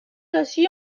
assis